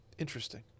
Interesting